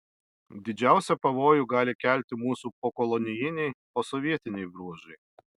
didžiausią pavojų gali kelti mūsų pokolonijiniai posovietiniai bruožai